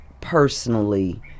personally